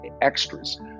extras